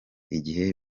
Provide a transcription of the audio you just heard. igihe